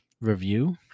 review